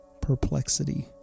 perplexity